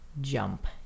jump